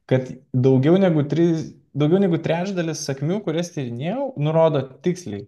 kad daugiau negu trys daugiau negu trečdalis sakmių kurias tyrinėjau nurodo tiksliai